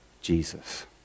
Jesus